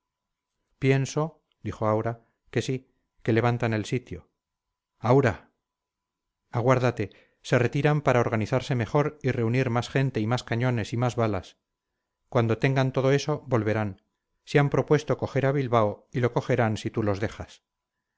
pienso dijo aura que sí que levantan el sitio aura aguárdate se retiran para organizarse mejor y reunir más gente y más cañones y más balas cuando tengan todo eso volverán se han propuesto coger a bilbao y lo cogerán si tú los dejas